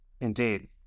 Indeed